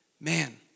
man